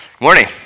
Morning